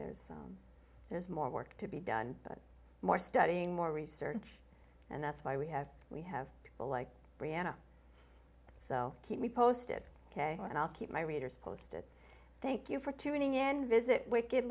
there's there's more work to be done but more studying more research and that's why we have we have the like brianna so keep me posted ok and i'll keep my readers posted thank you for tuning in visit